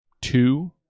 two